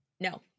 no